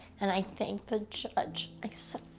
and i thanked the judge, i said,